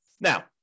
Now